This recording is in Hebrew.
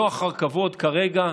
לא אחר כבוד כרגע,